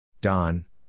Don